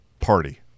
party